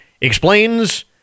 explains